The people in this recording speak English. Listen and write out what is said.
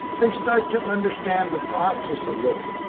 they start to understand the process a little.